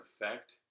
effect